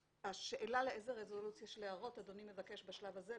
השאלה לאיזו רזולוציה של הערות אדוני מבקש בשלב הזה,